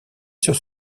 sur